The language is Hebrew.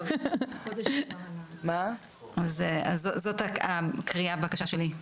זו הקריאה/הבקשה שלי.